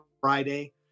Friday